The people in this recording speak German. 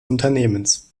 unternehmens